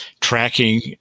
tracking